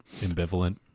ambivalent